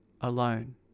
alone